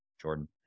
Jordan